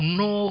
no